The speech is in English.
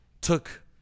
took